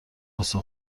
واسه